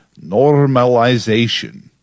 normalization